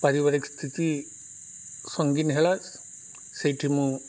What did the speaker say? ପାରିବାରିକ ସ୍ଥିତି ସଙ୍ଗୀନ ହେଲା ସେଇଠି ମୁଁ